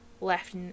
left